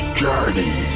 journey